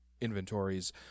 inventories